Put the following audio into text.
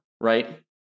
right